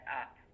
up